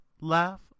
laugh